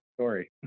story